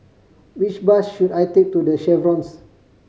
which bus should I take to The Chevrons